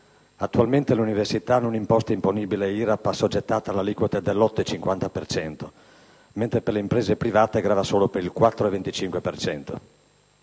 Attualmente le università hanno un'imposta imponibile IRAP assoggettata all'aliquota del 8,50 per cento, mentre per le imprese private grava solo per il 4,25